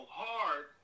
hard